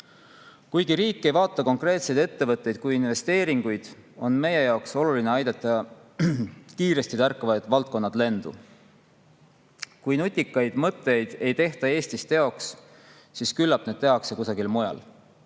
Kuigi riik ei vaata konkreetseid ettevõtteid kui investeeringuid, on meie jaoks oluline aidata kiiresti tärkavad valdkonnad lendu. Kui nutikaid mõtteid ei tehta teoks Eestis, siis küllap need tehakse kusagil mujal.